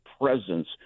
presence